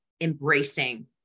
embracing